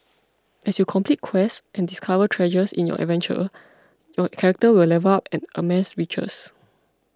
as you complete quests and discover treasures in your adventure your character will level up and amass riches